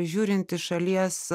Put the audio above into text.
žiūrint iš šalies